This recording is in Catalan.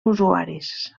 usuaris